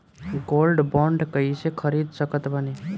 Gold bond कईसे खरीद सकत बानी?